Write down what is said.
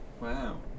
Wow